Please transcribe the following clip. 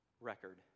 record